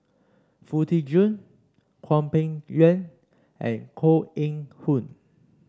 Foo Tee Jun Hwang Peng Yuan and Koh Eng Hoon